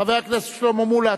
חבר הכנסת שלמה מולה,